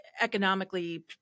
economically